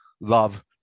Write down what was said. love